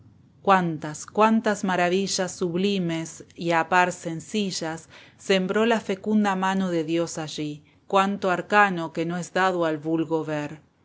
cuántas cuántas maravillas sublimes y a par sencillas sembró la fecunda mano de dios allí cuánto arcano toldería el conjunto de chozas